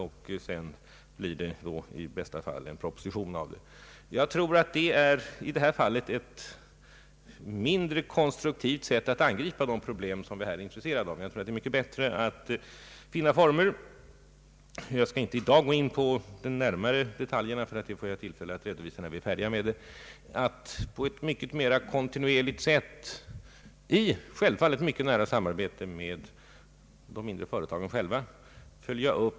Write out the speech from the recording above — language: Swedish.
I bästa fall blir det en proposition. Jag tror att detta är ett mindre konstruktivt sätt att angripa de problem det här gäller. Jag skall i dag inte gå närmare in på detaljerna, ty dem får jag tillfälle att redovisa när vi blivit färdiga med detta, men det måste vara mycket bättre att finna former för att på ett mera kontinuerligt sätt följa upp de mindre företagens problem, självfallet i mycket nära samarbete med företagen själva.